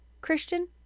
Christian